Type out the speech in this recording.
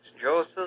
Joseph